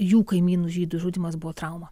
jų kaimynų žydų žudymas buvo trauma